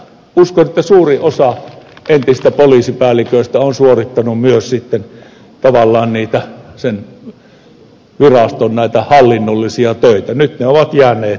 uskon että suuri osa entisistä poliisipäälliköistä on suorittanut myös tavallaan viraston hallinnollisia töitä ja nyt ne ovat jääneet muille